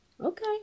Okay